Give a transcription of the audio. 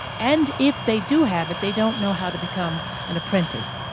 and if they do have it, they don't know how to become an apprentice.